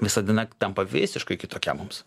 visa diena tampa visiškai kitokia mums